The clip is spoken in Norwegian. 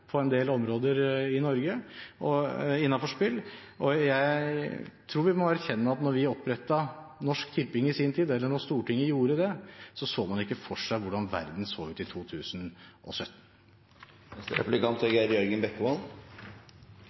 på en del områder innenfor spill. Jeg tror vi må erkjenne at da Stortinget i sin tid opprettet Norsk Tipping, så man ikke for seg hvordan verden skulle se ut i 2017. Representanten Anundsen sa noe i sitt innlegg som jeg er